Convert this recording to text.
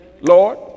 lord